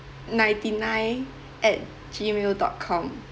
ninety nine at gmail dot com